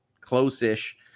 close-ish